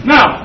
Now